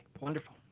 wonderful